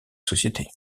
société